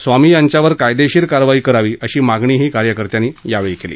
स्वामी यांच्यावर कायदेशीर कारवाई करावी अशी मागणीही कार्यकर्त्यानी यावेळी केली